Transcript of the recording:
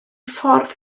ffordd